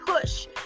push